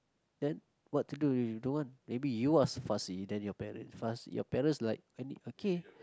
then what to do if you don't want maybe you are so fussy then your parents fuss your parents like any okay